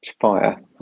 fire